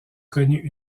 connu